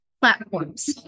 platforms